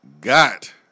got